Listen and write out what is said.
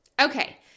Okay